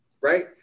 Right